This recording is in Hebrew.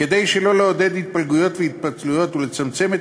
כדי שלא לעודד התפלגויות והתפצלויות ולצמצם את